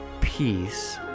peace